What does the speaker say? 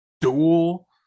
duel